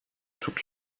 toutes